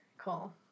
Cool